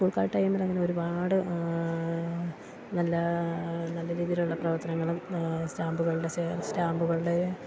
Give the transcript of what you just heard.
ടൈമിലങ്ങനെ ഒരുപാട് നല്ല നല്ല രീതിയിലുള്ള പ്രവർത്തനങ്ങളും സ്റ്റാമ്പുകളുടെ സ്റ്റാമ്പുകളുടെ